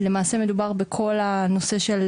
למעשה מדובר בכל הנושא של